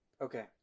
Okay